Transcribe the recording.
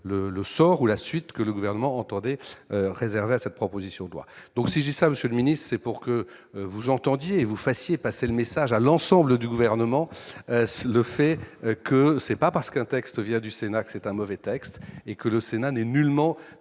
le sort ou la suite que le gouvernement entendait réserver à cette proposition doit donc si ça Monsieur le Ministre, c'est pour que vous entendiez vous fassiez passer le message à l'ensemble du gouvernement, le fait que c'est pas parce qu'un texte vient du Sénat, que c'est un mauvais texte et que le Sénat n'est nullement